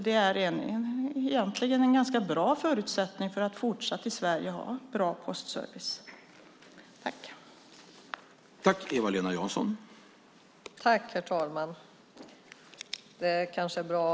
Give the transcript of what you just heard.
Det är egentligen en ganska bra förutsättning för att fortsatt ha en bra postservice i Sverige.